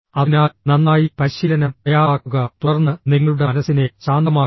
അതിനാൽ നന്നായി പരിശീലനം തയ്യാറാക്കുക തുടർന്ന് നിങ്ങളുടെ മനസ്സിനെ ശാന്തമാക്കുക